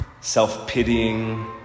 self-pitying